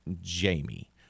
Jamie